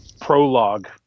prologue